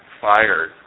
fired